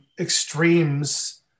extremes